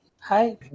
Hi